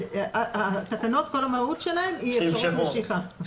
אבל התקנות, כל המהות שלהן היא אפשרות המשיכה.